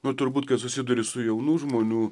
nu turbūt kai susiduri su jaunų žmonių